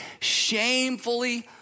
shamefully